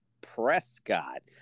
Prescott